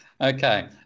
Okay